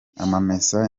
amamesa